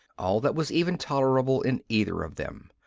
all that was even tolerable in either of them.